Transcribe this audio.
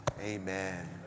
amen